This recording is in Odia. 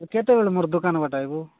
କେତେବେଳେ ମୋ ଦୋକାନ ବାଟେ ଆସିବୁ